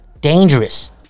Dangerous